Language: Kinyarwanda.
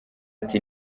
ati